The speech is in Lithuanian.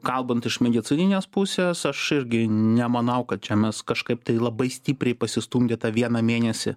kalbant iš medicininės pusės aš irgi nemanau kad čia mes kažkaip tai labai stipriai pasistumdė tą vieną mėnesį